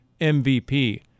MVP